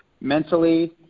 mentally